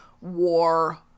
war